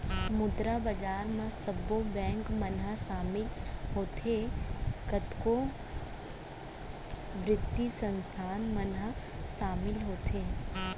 मुद्रा बजार म सब्बो बेंक मन ह सामिल होथे, कतको बित्तीय संस्थान मन ह सामिल होथे